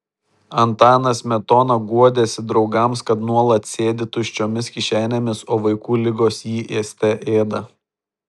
antanas smetona guodėsi draugams kad nuolat sėdi tuščiomis kišenėmis o vaikų ligos jį ėste ėda